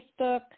Facebook